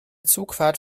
zugfahrt